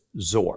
Zor